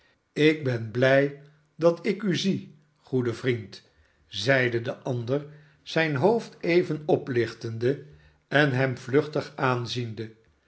ik ben blij dat ik u zie goede vriend zeide de ander zijn hoofd even oplichtende en hem vluchtig aanziende